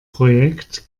projekt